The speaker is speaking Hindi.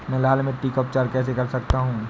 मैं लाल मिट्टी का उपचार कैसे कर सकता हूँ?